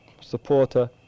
supporter